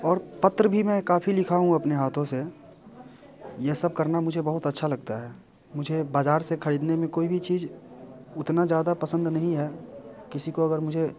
और पत्र भी मैं काफ़ी लिखा हूँ अपने हाथों से यह सब करना मुझे बहुत अच्छा लगता है मुझे बाज़ार से ख़रीदने में कोई भी चीज़ उतना ज़्यादा पसंद नहीं है किसी को अगर मुझे